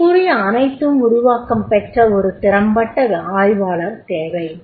மேற்கூறிய அனைத்தும் உருவாக்கம் பெற ஒரு திறம்பெற்ற ஆய்வாளர் தேவை